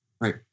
Right